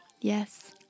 Yes